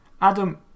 Adam